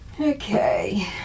Okay